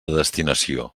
destinació